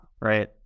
right